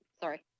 Sorry